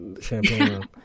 champagne